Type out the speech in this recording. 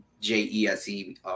J-E-S-E